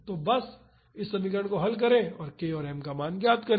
तो बस इस समीकरण को हल करें और k और m ज्ञात करें